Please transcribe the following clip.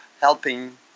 helping